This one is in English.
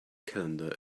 calendar